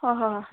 ꯍꯣꯏ ꯍꯣꯏ ꯍꯣꯏ